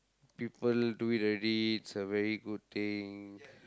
people do it already it's a very good thing